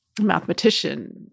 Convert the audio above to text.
mathematician